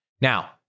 Now